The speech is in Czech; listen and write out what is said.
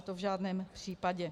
To v žádném případě.